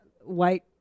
white